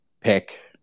pick